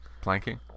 planking